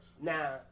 now